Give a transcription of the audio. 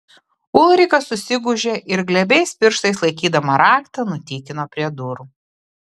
ulrika susigūžė ir glebiais pirštais laikydama raktą nutykino prie durų